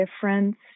difference